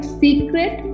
secret